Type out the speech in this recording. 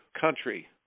country